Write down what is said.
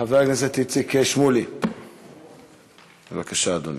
חבר הכנסת איציק שמולי, בבקשה, אדוני.